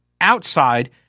outside